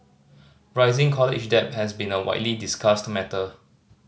rising college debt has been a widely discussed matter